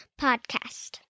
podcast